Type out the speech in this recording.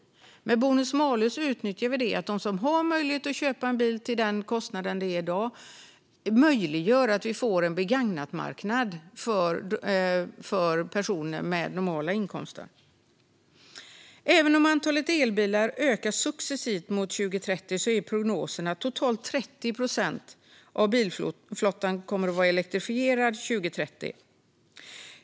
Med bonus-malus utnyttjar vi att de som har möjlighet att köpa en bil till dagens kostnad möjliggör att vi får en begagnatmarknad för personer med normala inkomster. Även om antalet elbilar ökar successivt till 2030 är prognosen att totalt 30 procent av bilflottan kommer att vara elektrifierad 2030.